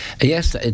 Yes